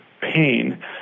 pain